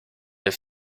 der